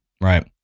right